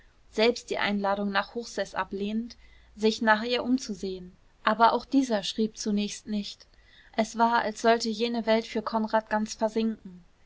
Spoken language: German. selbst die einladung nach hochseß ablehnend sich nach ihr umzusehen aber auch dieser schrieb zunächst nicht es war als sollte jene welt für konrad ganz versinken